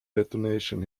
detonation